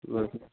হয়